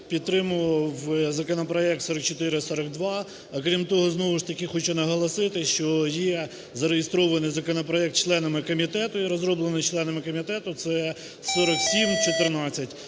підтримую законопроект 4442. Крім того, знову ж таки хочу наголосити, що є зареєстрований законопроект членами комітету і розроблений членами комітету, це 4714.